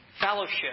fellowship